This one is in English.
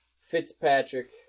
Fitzpatrick